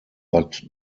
bad